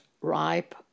ripe